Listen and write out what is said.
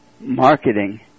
marketing